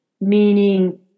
meaning